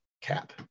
cap